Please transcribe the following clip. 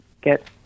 get